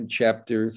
chapter